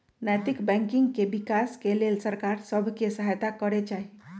नैतिक बैंकिंग के विकास के लेल सरकार सभ के सहायत करे चाही